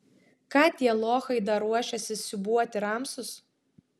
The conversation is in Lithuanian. ką tie lochai dar ruošiasi siūbuoti ramsus